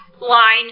line